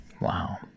Wow